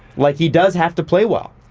like he does have to play well.